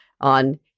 on